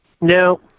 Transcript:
No